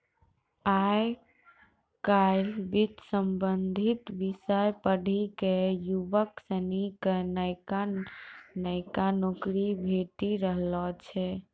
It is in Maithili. आय काइल वित्त संबंधी विषय पढ़ी क युवक सनी क नयका नयका नौकरी भेटी रहलो छै